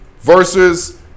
versus